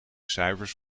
cijfers